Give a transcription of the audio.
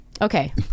okay